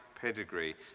pedigree